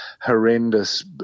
horrendous